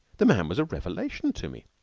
the man was a revelation to me.